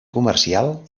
comercial